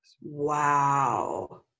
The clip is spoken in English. Wow